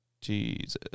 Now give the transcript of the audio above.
Jesus